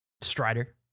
Strider